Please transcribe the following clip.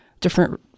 different